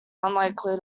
unlikely